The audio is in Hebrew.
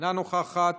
אינה נוכחת,